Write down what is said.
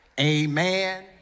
Amen